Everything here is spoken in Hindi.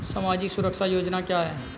सामाजिक सुरक्षा योजना क्या है?